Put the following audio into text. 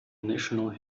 national